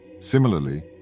Similarly